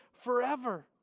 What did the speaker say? forever